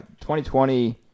2020